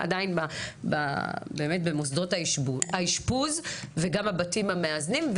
עדיין באמת במוסדות האשפוז וגם הבתים המאזנים,